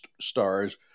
stars